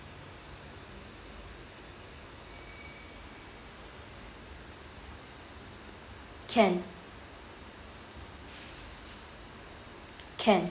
can can